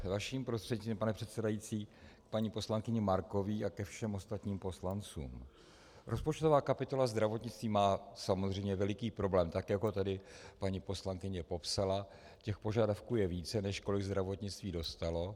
Vaším prostřednictvím, pane předsedající, k paní poslankyni Markové a ke všem ostatním poslancům: Rozpočtová kapitola zdravotnictví má samozřejmě veliký problém, tak jak to tady paní poslankyně popsala, těch požadavků je více, než kolik zdravotnictví dostalo.